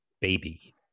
baby